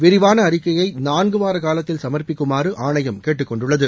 விரிவான அறிக்கையை நான்குவார காலத்தில் சமர்ப்பிக்குமாறு ஆணையம் கேட்டுக்கொண்டுள்ளது